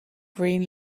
green